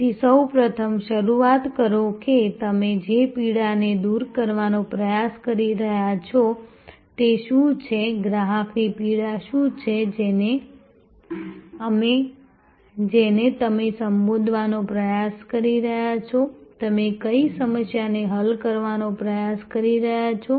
તેથી સૌપ્રથમ શરૂઆત કરો કે તમે જે પીડાને દૂર કરવાનો પ્રયાસ કરી રહ્યાં છો તે શું છે ગ્રાહકની પીડા શું છે જેને તમે સંબોધવાનો પ્રયાસ કરી રહ્યાં છો તમે કઈ સમસ્યાને હલ કરવાનો પ્રયાસ કરી રહ્યાં છો